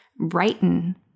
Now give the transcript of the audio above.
Brighten